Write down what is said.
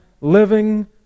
living